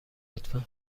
لطفا